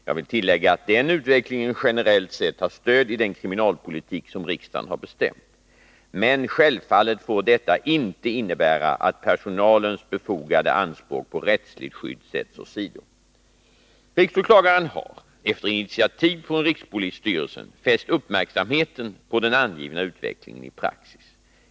Jag vill tillägga att den utvecklingen generellt sett har stöd i den kriminalpolitik som riksdagen har bestämt. Men självfallet får detta inte innebära att personalens befogade anspråk på rättsligt skydd sätts åsido. Riksåklagaren har — efter initiativ från rikspolisstyrelsen — fäst uppmärksamheten på den angivna utvecklingen i praxis.